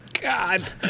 God